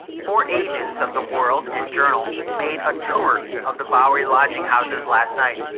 four agents of the world and journal made a tour of the bowery lodging houses last night,